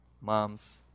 moms